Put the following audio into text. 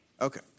Okay